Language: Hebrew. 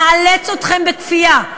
נאלץ אתכם, בכפייה,